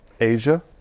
Asia